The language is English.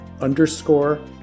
underscore